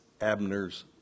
Abner's